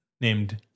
named